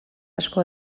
asko